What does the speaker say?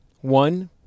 One